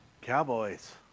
Cowboys